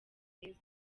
heza